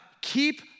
Keep